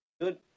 good